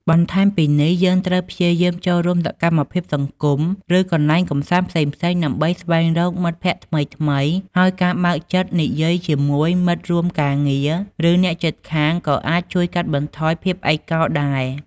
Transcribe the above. បន្ថែមពីនេះ យើងត្រូវព្យាយាមចូលរួមសកម្មភាពសង្គម ឬកន្លែងកំសាន្តផ្សេងៗដើម្បីស្វែងរកមិត្តភក្តិថ្មីៗ ហើយការបើកចិត្តនិយាយជាមួយមិត្តរួមការងារ ឬអ្នកជិតខាងក៏អាចជួយកាត់បន្ថយភាពឯកកោដែរ។